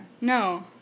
No